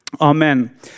Amen